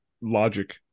logic